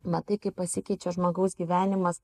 matai kaip pasikeičia žmogaus gyvenimas